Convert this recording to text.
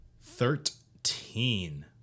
Thirteen